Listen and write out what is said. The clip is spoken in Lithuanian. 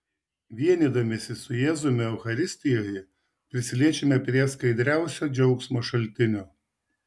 vienydamiesi su jėzumi eucharistijoje prisiliečiame prie skaidriausio džiaugsmo šaltinio